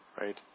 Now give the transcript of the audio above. Right